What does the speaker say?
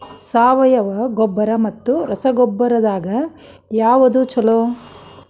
ಸಾವಯವ ಗೊಬ್ಬರ ಮತ್ತ ರಸಗೊಬ್ಬರದಾಗ ಯಾವದು ಛಲೋ?